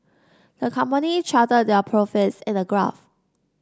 the company charted their profits in a graph